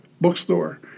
bookstore